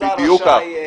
שהשר רשאי לקבוע.